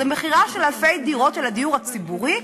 זו מכירה של אלפי דירות של הדיור הציבורי,